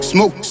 Smoke